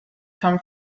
come